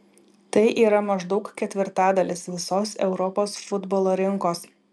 tai yra maždaug ketvirtadalis visos europos futbolo rinkos